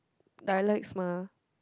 dialects mah